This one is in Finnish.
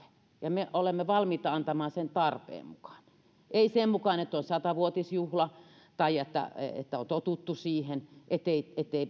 me olemme valmiita antamaan sen tarpeen mukaan ei sen mukaan että on sata vuotisjuhla tai että on totuttu siihen ettei